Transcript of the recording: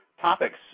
Topics